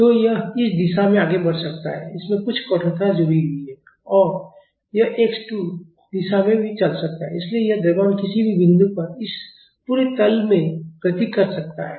तो यह इस दिशा में आगे बढ़ सकता है इसमें कुछ कठोरता जुड़ी हुई है और यह x 2 दिशा में भी चल सकता है इसलिए यह द्रव्यमान किसी भी बिंदु पर इस पूरे तल में गति कर सकता है